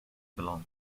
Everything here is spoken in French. blanc